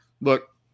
look